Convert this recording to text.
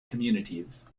communities